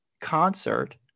concert